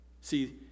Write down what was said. See